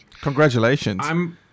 Congratulations